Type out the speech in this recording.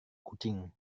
kucing